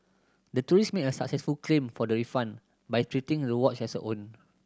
the tourist made a successful claim for the refund by treating the watch as her own